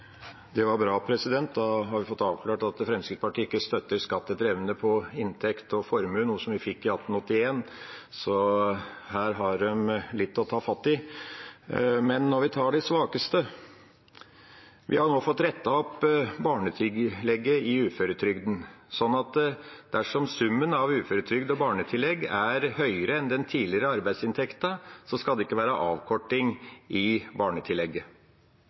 Det var bra, da har vi fått avklart at Fremskrittspartiet ikke støtter skatt etter evne på inntekt og formue, noe vi fikk i 1881, så her har de litt å ta fatt i. Men til de svakeste: Vi har nå fått rettet opp barnetillegget i uføretrygden, slik at dersom summen av uføretrygd og barnetillegg er høyere enn den tidligere arbeidsinntekten, skal det ikke være avkorting i barnetillegget.